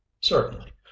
Certainly